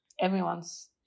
everyone's